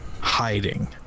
hiding